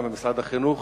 גם במשרד החינוך